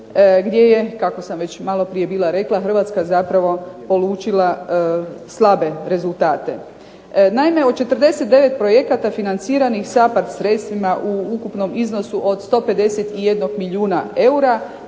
gdje je, kako sam već maloprije bila rekla, Hrvatska zapravo polučila slabe rezultate. Naime, od 49 projekata financiranih SAPARD sredstvima u ukupnom iznosu od 151 milijuna eura,